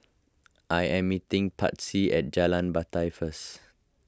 I am meeting Patsy at Jalan Batai first